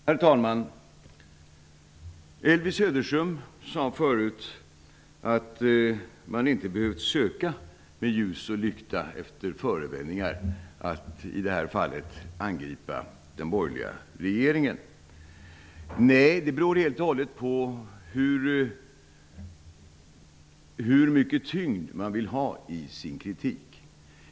Herr talman! Elvy Söderström sade förut att man i det här fallet inte behövde söka med ljus och lykta efter förevändningar för att angripa regeringen. Det beror på hur stor tyngd man vill ha i sin kritik.